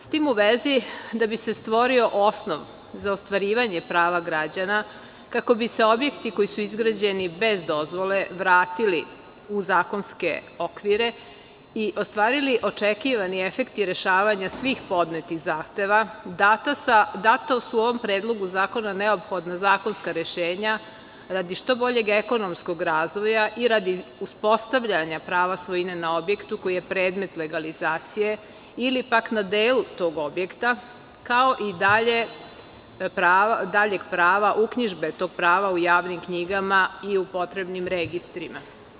S tim u vezi, da bi se stvorio osnov za ostvarivanja prava građana, kako bi se objekti koji su izgrađeni bez dozvole vratili u zakonske okvire i ostvarili očekivani efekti rešavanja svih podnetih zahteva, data su u ovom predlogu zakona neophodna zakonska rešenja radi što boljeg ekonomskog razvoja i radi uspostavljanja prava svojine na objektu koji je predmet legalizacije ili pak na delu tog objekta, kao i daljeg prava uknjižbe tog prava u javnim knjigama i u potrebnim registrima.